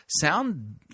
sound